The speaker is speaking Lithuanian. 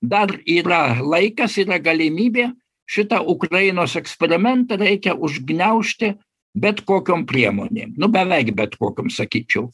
dar yra laikas yra galimybė šitą ukrainos eksperimentą reikia užgniaužti bet kokiom priemonėm nu beveik bet kokiom sakyčiau